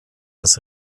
das